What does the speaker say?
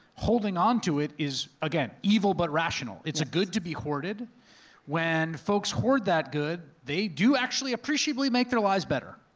holding onto it, is again, evil but rational. it's a good to be hoarded when folks hoard that good, they do actually appreciably make their lives better.